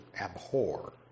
abhor